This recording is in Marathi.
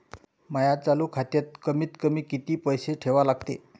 माया चालू खात्यात कमीत कमी किती पैसे ठेवा लागते?